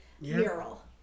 mural